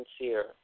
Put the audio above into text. sincere